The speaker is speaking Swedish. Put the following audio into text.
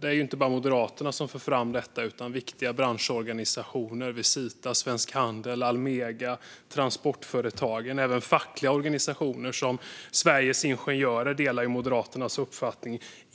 Det är inte bara Moderaterna som för fram detta utan också viktiga branschorganisationer som Visita, Svensk Handel, Almega och Transportföretagen. Även fackliga organisationer, som Sveriges Ingenjörer, delar Moderaternas uppfattning.